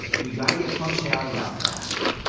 we gotta get functionality out faster.